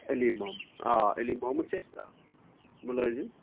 علی محمد آ علی محمد چھِ اَسہِ ملٲزِم